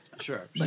Sure